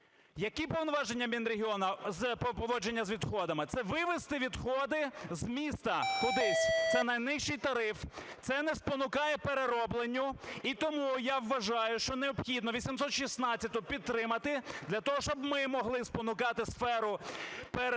які повноваження Мінрегіону у поводженні з відходами? Це вивезти відходи з міста кудись. Це найнижчий тариф, це не спонукає переробленню. І тому я вважаю, що необхідно 816-у підтримати для того, щоб ми могли спонукати сферу перероблення